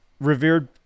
revered